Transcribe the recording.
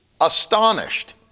astonished